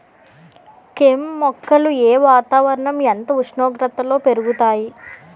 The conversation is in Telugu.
కెమ్ మొక్కలు ఏ వాతావరణం ఎంత ఉష్ణోగ్రతలో పెరుగుతాయి?